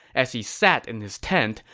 as he sat in his tent,